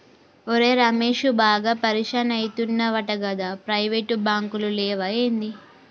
ఒరే రమేశూ, బాగా పరిషాన్ అయితున్నవటగదా, ప్రైవేటు బాంకులు లేవా ఏంది